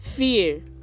Fear